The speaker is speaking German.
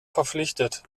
verpflichtet